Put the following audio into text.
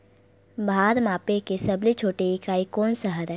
भार मापे के सबले छोटे इकाई कोन सा हरे?